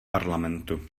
parlamentu